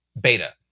beta